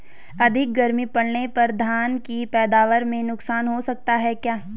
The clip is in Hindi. अधिक गर्मी पड़ने पर धान की पैदावार में नुकसान हो सकता है क्या?